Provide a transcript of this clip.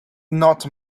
not